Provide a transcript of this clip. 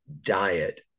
diet